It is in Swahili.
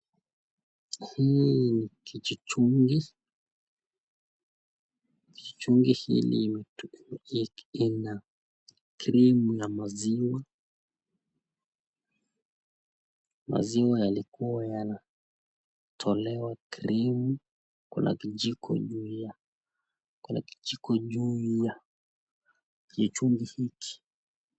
Hii ni kijichungi, kichungi hili ina krimu ya maziwa, maziwa yalikuwa yanatolewa krimu kuna kijiko juu ya kichungi hiki.